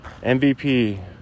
MVP